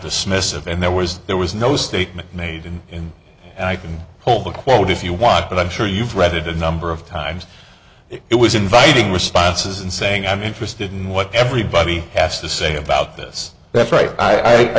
dismissive and there was there was no statement made in and i can hold the quote if you want but i'm sure you've read it a number of times it was inviting responses and saying i'm interested in what everybody has to say about this that's right i